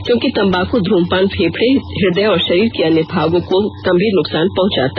क्योंकि तंबाकू धूम्रपान फेफड़े हदय और शरीर के अन्य भागों को गंभीर नुकसान पहुंचाता